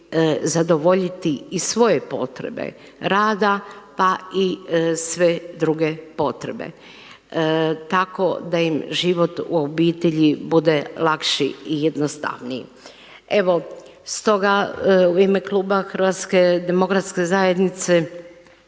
zadovoljiti i svoje potrebe rada pa i sve druge potrebe, tako da im život u obitelji bude lakši i jednostavniji. Evo, stoga u ime kluba HDZ-a mogu reći